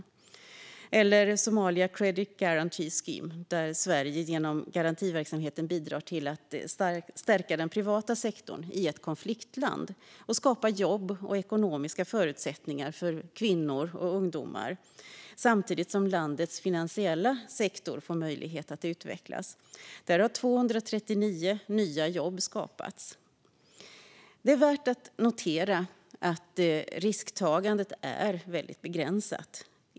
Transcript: Ett annat exempel är Somalia Credit Guarantee Scheme där Sverige genom garantiverksamheten bidrar till att stärka den privata sektorn i ett konfliktland och skapa jobb och ekonomiska förutsättningar för kvinnor och ungdomar. Samtidigt får landets finansiella sektor möjlighet att utvecklas. Där har 239 nya jobb skapats. Det är värt att notera att risktagandet är väldigt begränsat.